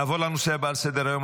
נעבור לנושא הבא שעל סדר-היום,